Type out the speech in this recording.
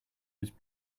was